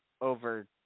over